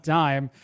time